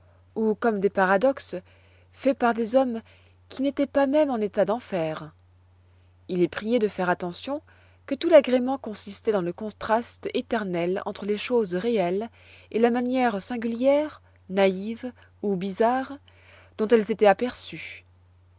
ou comme des paradoxes faits par des hommes qui n'étoient pas même en état d'en faire il est prié de faire attention que tout l'agrément consistoit dans le contraste éternel entre les choses réelles et la manière singulière naïve ou bizarre dont elles étoient aperçues